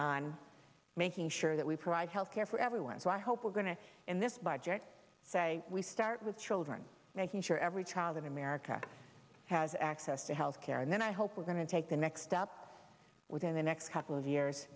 on making sure that we provide health care for everyone so i hope we're going to in this budget say we start with children making sure every child in america has access to health care and then i hope we're going to take the next up within the next couple of years